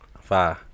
Five